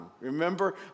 Remember